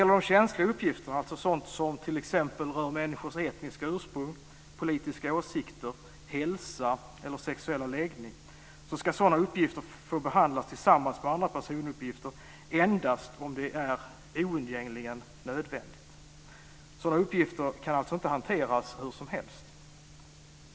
De känsliga uppgifterna, alltså sådant som t.ex. rör människors etniska ursprung, politiska åsikter, hälsa eller sexuella läggning, ska få behandlas tillsammans med andra personuppgifter endast om det är oundgängligen nödvändigt. Sådana uppgifter kan alltså inte hanteras hur som helst.